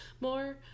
more